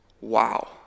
wow